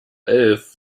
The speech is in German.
elf